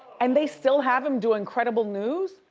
and they still have them do incredible news?